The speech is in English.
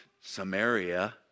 Samaria